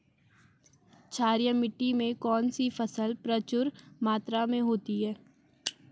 क्षारीय मिट्टी में कौन सी फसल प्रचुर मात्रा में होती है?